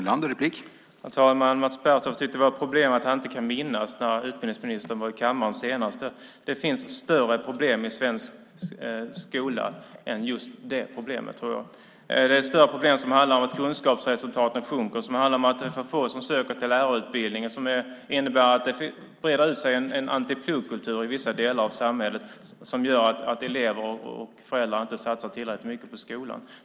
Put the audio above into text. Herr talman! Mats Pertoft tycker att det är ett problem att han inte kan minnas när utbildningsministern var i kammaren senast. Det finns större problem i svensk skola än just det problemet. Det finns större problem som handlar om att kunskapsresultaten sjunker, som handlar om att det är för få som söker till lärarutbildningen. Det finns en antipluggkultur i vissa delar av samhället som gör att elever och föräldrar inte satsar tillräckligt mycket på skolan.